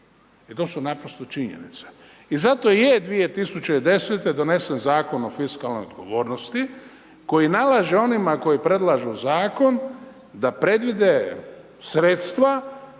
I to su naprosto činjenice. I zato i je 2010. donesen Zakon o fiskalnoj odgovornosti koji nalaže onima koji predlažu Zakon da predvide sredstva